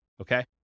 Okay